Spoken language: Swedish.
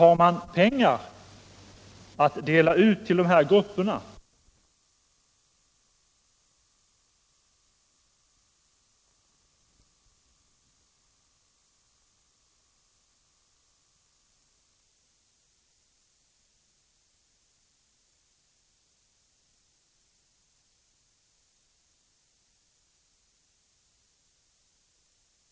Har man pengar att dela ut till dessa grupper, då tycker jag att man också har pengar att genomföra HAKO förbättra kollektiv utredningens förslag — för det är viktiga förslag. Det gäller möjligheten för många människor att åka kollektivt i vårt land, att leva aktivt i samhällslivet. Jag tycker att herr Turesson skall ta sig en ytterligare funderare på detta, för det är en synnerligen viktig fråga.